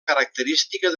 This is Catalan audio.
característica